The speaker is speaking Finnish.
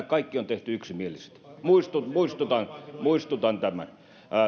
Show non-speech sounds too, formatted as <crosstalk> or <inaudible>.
<unintelligible> kaikki on tehty yksimielisesti muistutan muistutan tämän